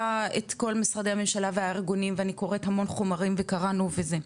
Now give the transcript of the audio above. משרדי הממשלה והארגונים ואני קוראת המון חומרים וקראנו וזה,